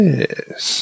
Yes